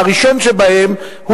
והראשון שבהם,